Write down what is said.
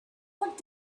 what